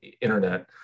internet